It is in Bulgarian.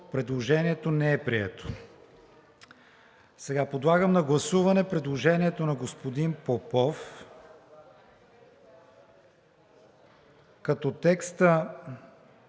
Предложението не е прието. Подлагам на гласуване предложението на господин Попов, като текстът,